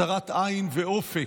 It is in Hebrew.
צרת עין ואופק,